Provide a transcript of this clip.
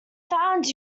found